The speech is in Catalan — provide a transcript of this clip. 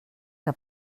que